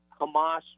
Hamas